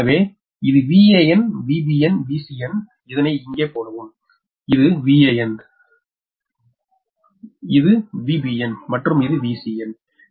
எனவே இது VanVbnVcn இதனை இங்கே போடவும் இது Van இது Vbn மற்றும் இது Vcn